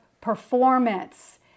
performance